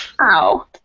Ow